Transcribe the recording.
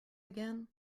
again